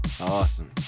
Awesome